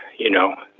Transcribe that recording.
you know,